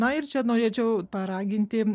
na ir čia norėčiau paraginti